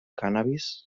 cànnabis